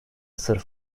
sırp